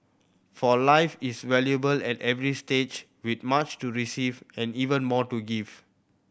for life is valuable at every stage with much to receive and even more to give